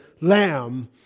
Lamb